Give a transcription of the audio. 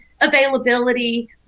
availability